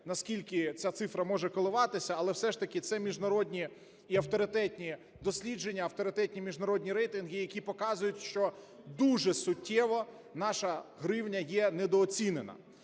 наскільки ця цифра може коливатися, але все ж таки це міжнародні і авторитетні дослідження, авторитетні міжнародні рейтинги, які показують, що дуже суттєво наш гривня є недооцінена.